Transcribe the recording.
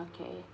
okay